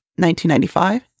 1995